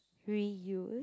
reuse